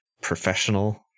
professional